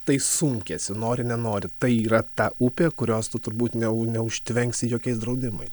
tai sunkiasi nori nenori tai yra ta upė kurios tu turbūt neu neužtvenksi jokiais draudimai